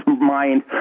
mind